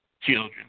children